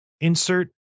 insert